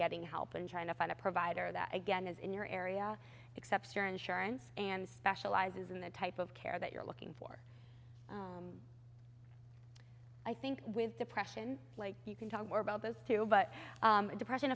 getting help in trying to find a provider that again is in your area except your insurance and specializes in the type of care that you're looking for i think with depression like you can talk more about those two but depression